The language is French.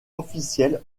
officielle